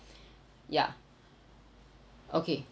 ya okay